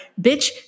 bitch